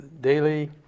daily